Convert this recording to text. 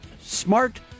smart